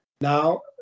Now